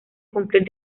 cumplir